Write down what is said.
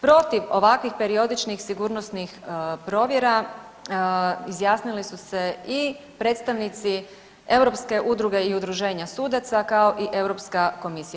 Protiv ovakvih periodičnih sigurnosnih provjera izjasnili su se i predstavnici Europske udruge i udruženja sudaca, kao i Europska komisija.